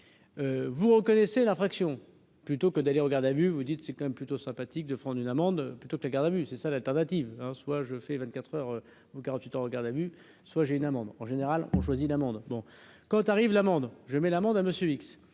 vous reconnaissez la fraction plutôt que d'aller en garde à vue, vous dites : c'est quand même plutôt sympathique de prendre une amende plutôt que les gardes à vue, c'est ça l'alternative : soit je fais 24 heures ou 48 heures en garde à vue, soit j'ai une amende en général, on choisit d'amende bon. Quand arrive l'amende, je mets l'amende à